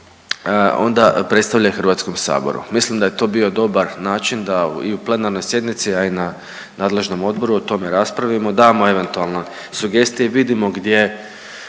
onda predstavlja i Hrvatskom saboru. Mislim da je to bio dobar način da i u plenarnoj sjednici, a i na nadležnom odboru o tome raspravimo, damo eventualne sugestije i vidimo gdje